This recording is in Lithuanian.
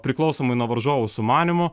priklausomai nuo varžovų sumanymų